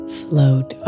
float